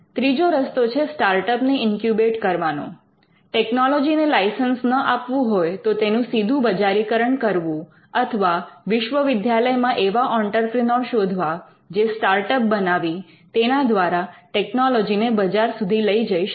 ત્રીજો રસ્તો છે સ્ટાર્ટઅપ ને ઇન્ક્યુબેટ્ કરવાનો ટેકનોલોજીને લાઇસન્સ ન આપવું હોય તો તેનું સીધું બજારીકરણ કરવું અથવા વિશ્વવિદ્યાલયમાં એવા ઑંટરપ્રિનોર શોધવા જે સ્ટાર્ટઅપ બનાવી તેના દ્વારા ટેકનોલોજીને બજાર સુધી લઈ જઈ શકે